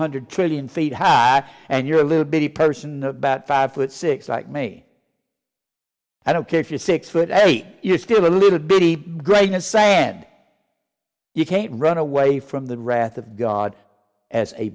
hundred trillion feet high and you're a little bitty person about five foot six like me i don't care if you're six foot eight you're still a little grain of sand you can't run away from the wrath of god as a